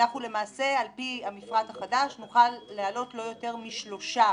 על פי המפרט החדש נוכל לעלות לא יותר משלושה